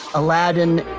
aladdin.